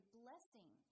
blessing